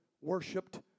worshipped